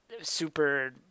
super